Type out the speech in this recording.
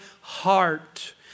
heart